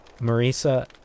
Marisa